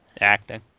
Acting